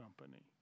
Company